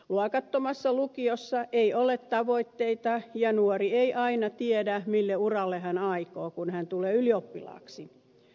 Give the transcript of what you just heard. luokattomassa lukiossa ei ole tavoitteita ja nuori ei aina tiedä mille uralle hän aikoo kun hän tulee ylioppilaaksi